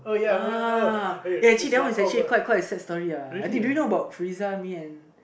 uh ya actually that one is quite quite a sad story do you know about Friza me and